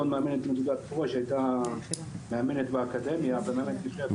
נשמח לראות שינוי נוסף גם ללא הפגיעה במיתוג של ישראל ובמקום שלנו.